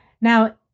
Now